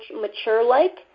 mature-like